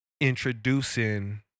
introducing